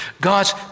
God's